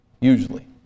Usually